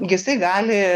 jisai gali